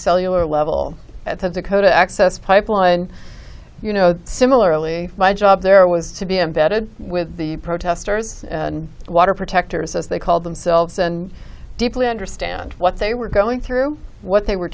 cellular level at the dakota access pipeline you know similarly my job there was to be embedded with the protesters and water protectors as they call themselves and deeply understand what they were going through what they were